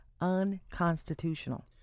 unconstitutional